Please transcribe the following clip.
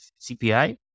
CPI